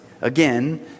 Again